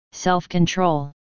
self-control